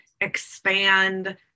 expand